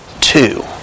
two